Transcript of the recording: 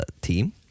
team